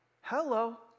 Hello